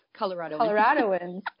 Coloradoans